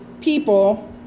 people